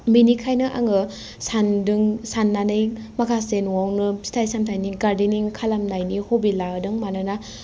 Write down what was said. बिनिखायनो आङो सानदों साननानै माखासे न'वावनो फिथाइ सामथाइनि गार्देनिं खालामनायनि हबि लादों मानोना